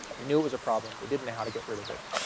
they knew it was a problem. they didn't how to get rid of it.